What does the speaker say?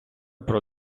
про